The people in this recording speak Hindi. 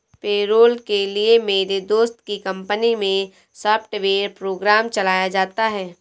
पेरोल के लिए मेरे दोस्त की कंपनी मै सॉफ्टवेयर प्रोग्राम चलाया जाता है